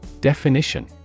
Definition